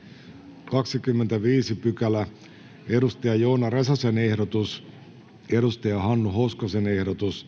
mietintöä vastaan. Joona Räsäsen ehdotus, Hannu Hoskosen ehdotus